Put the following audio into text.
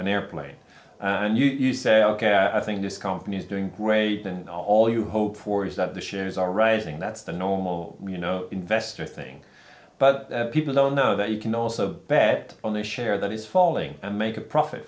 an airplane and you say ok i think this company is doing great and all you hope for is that the shares are rising that's the normal you know investor thing but people don't know that you can also bet on the share that is falling and make a profit